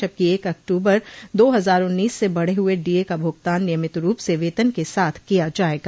जबकि एक अक्टूबर दो हजार उन्नीस से बढ़े हुए डीए का भुगतान नियमित रूप से वेतन के साथ किया जायेगा